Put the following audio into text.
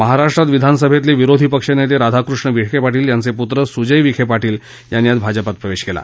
महाराष्ट्रात विधानसभेतले विरोधी पक्ष नेते राधाकृष्ण विखे पाींल यांचे पुत्र सुजय विखे पार्शिल यांनी आज भाजपात प्रवेश केला